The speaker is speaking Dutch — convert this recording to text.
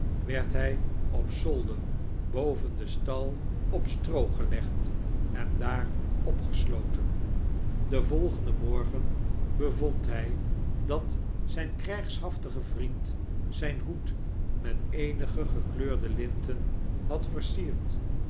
werd hij op zolder boven den stal op stroo gelegd en daar opgesloten den volgenden morgen bevond hij dat zijn krijgshaftige vriend zijn hoed met eenige gekleurde linten had versierd